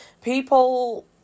People